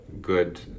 good